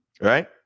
right